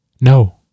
No